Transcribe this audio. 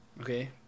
Okay